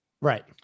Right